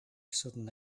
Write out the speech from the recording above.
sudden